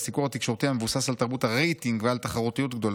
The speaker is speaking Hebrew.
והסיקור התקשורתי המבוסס על תרבות הרייטינג ועל תחרותיות גדולה,